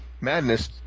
madness